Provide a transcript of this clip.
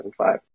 2005